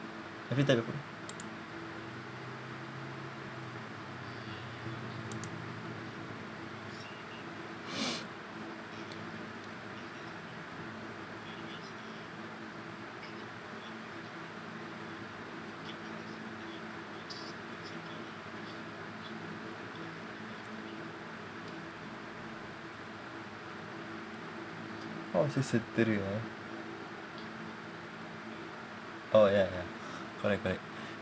have you take your phone how to say ah oh ya ya correct correct